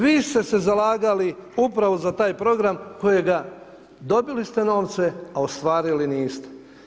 Vi ste se zalagali upravo za taj program kojega dobili ste novce, a ostvarili niste.